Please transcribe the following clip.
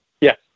yes